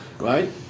Right